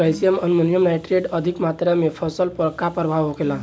Calcium ammonium nitrate के अधिक मात्रा से फसल पर का प्रभाव होखेला?